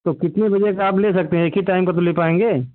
तो कितने बजे से आप ले सकते हैं एक ही टाइम पर तो ले पाएँगे